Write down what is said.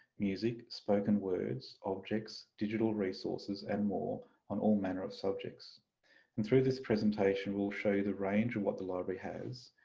music, spoken words, objects, digital resources and more on all manner of subjects and through this presentation we'll show you the range of what the library has,